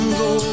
go